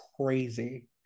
crazy